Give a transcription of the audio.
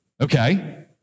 Okay